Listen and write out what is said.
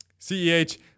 CEH